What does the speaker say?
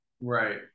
Right